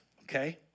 okay